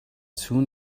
soon